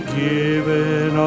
given